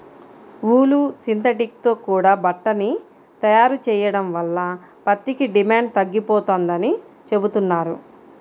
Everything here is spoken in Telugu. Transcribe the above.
ఊలు, సింథటిక్ తో కూడా బట్టని తయారు చెయ్యడం వల్ల పత్తికి డిమాండు తగ్గిపోతందని చెబుతున్నారు